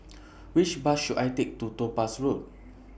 Which Bus should I Take to Topaz Road